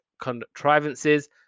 contrivances